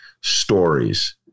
stories